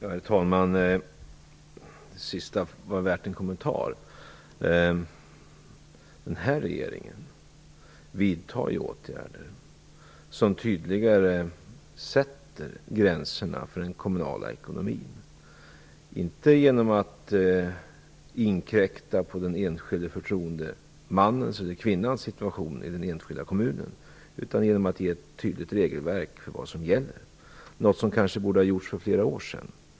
Herr talman! Det sista var värt en kommentar. Denna regering vidtar ju åtgärder som tydligare sätter gränserna för den kommunala ekonomin inte genom att inkräkta på den enskilde förtroendemannens eller - kvinnans situation i den enskilda kommunen, utan genom att ge ett tydligt regelverk för vad som gäller - något som kanske borde ha gjorts för flera år sedan.